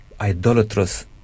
idolatrous